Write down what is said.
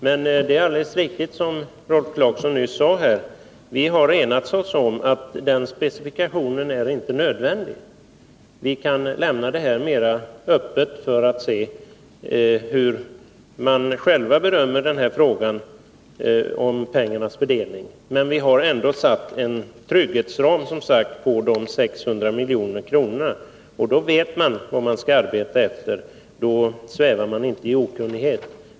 Men det är alldeles riktigt, som Rolf Clarkson nyss sade, att vi har enat oss om att den specifikationen inte är nödvändig. Vi kan lämna fältet mer öppet för att se hur de berörda själva bedömer frågan om pengarnas fördelning. Men vi har ändå satt upp en trygghetsram, omfatande 600 milj.kr., och då vet man vad man skall arbeta efter. Man svävar inte i okunnighet.